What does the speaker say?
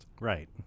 Right